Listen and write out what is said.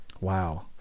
wow